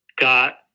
got